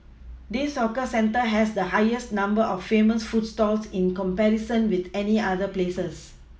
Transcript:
this hawker centre has the highest number of famous food stalls in comparison with any other places